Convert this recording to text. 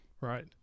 right